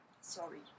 Sorry